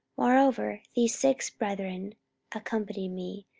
moreover these six brethren accompanied me,